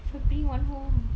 if I bring one home